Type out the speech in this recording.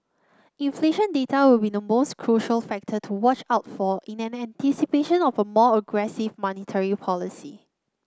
inflation data will be the most crucial factor to watch out for in anticipation of a more aggressive monetary policy